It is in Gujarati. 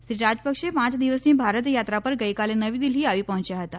શ્રી રાજયપકસે પાંચ દિવસની ભારત થાત્રા પર ગઇકાલે નવી દિલ્ફી આવી પહોચ્યા હતા